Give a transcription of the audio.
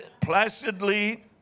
placidly